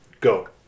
Go